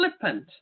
flippant